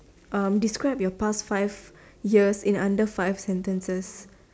um describe your past five years in under five sentences